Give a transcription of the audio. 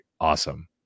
awesome